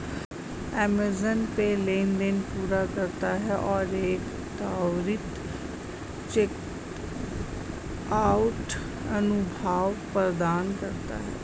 Amazon Pay लेनदेन पूरा करता है और एक त्वरित चेकआउट अनुभव प्रदान करता है